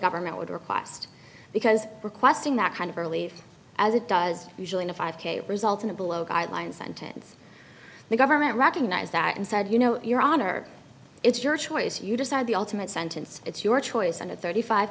government would request because requesting that kind of relief as it does usually in a five k result in a below guideline sentence the government recognize that and said you know your honor it's your choice you decide the ultimate sentence it's your choice and at thirty five